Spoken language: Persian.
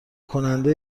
کنده